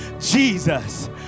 Jesus